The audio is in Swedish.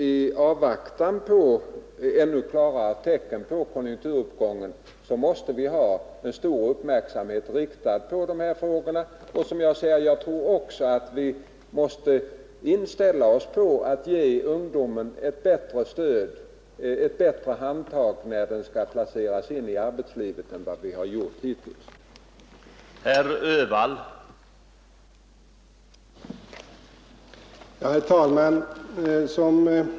I avvaktan på ännu klarare tecken på konjunkturuppgången måste vi ha stor uppmärksamhet riktad på ungdomsarbetslösheten. Jag tror också, som jag sade, att vi framöver måste ställa in oss på att ge ungdomen ett bättre handtag, när den skall placeras in i arbetslivet, än vi har gjort hittills.